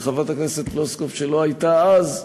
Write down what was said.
וחברת הכנסת פלוסקוב, שלא הייתה אז,